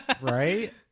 Right